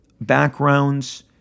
backgrounds